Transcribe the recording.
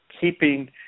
keeping